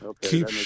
keep